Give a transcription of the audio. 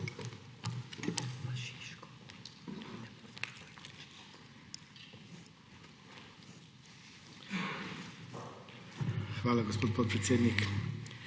Hvala, gospod podpredsednik.